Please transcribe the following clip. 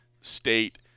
state